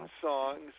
songs